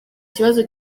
ikibazo